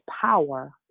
power